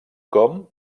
com